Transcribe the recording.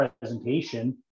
presentation